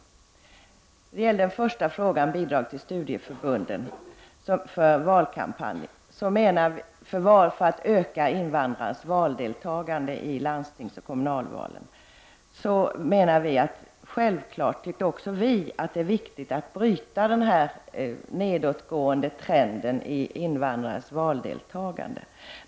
När det gäller den första frågan, bidrag till studieförbunden i syfte att öka invandrarnas valdeltagande i landstingsoch kommunalvalen, anser självfallet också vi att det är viktigt att bryta den nedåtgående trenden i fråga om invandrares valdeltagande.